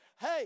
Hey